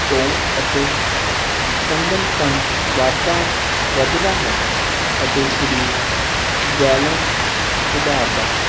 ਤੋਂ ਅਤੇ ਸੰਗਨਪਨ ਵਧਦਾ ਹੈ ਅਤੇ ਸਰੀਰ ਬੈਲਂਸ ਸੁਧਾਰਦਾ ਹੈ